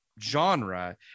genre